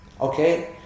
Okay